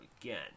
again